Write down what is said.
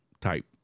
type